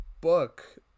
book